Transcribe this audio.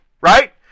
Right